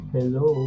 Hello